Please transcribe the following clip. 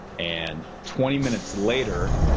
and twenty minutes later.